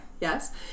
yes